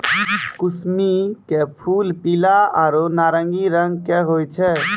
कुसमी के फूल पीला आरो नारंगी रंग के होय छै